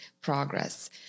progress